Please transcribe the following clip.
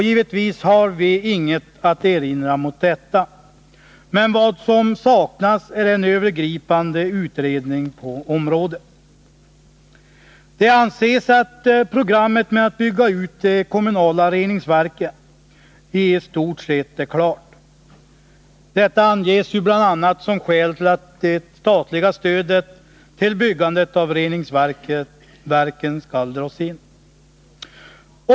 Givetvis har vi inget att erinra mot detta, men vad som saknas är en övergripande utredning på området. Det anses att programmet med att bygga ut de kommunala reningsverken i stort sett är klart. Detta anges bl.a. som skäl till att det statliga stödet till byggandet av reningsverken skall dras in.